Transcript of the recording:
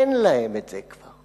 אין להם את זה כבר.